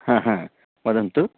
हा हा वदन्तु